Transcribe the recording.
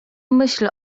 myśl